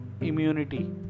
immunity